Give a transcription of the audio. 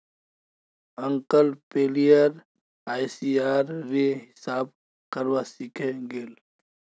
uncle player ICR रे हिसाब करवा सीखे गेल